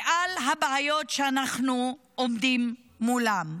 ועל הבעיות שאנחנו עומדים מולן.